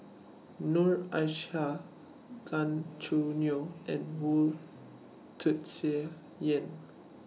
Noor Aishah Gan Choo Neo and Wu Tsai Yen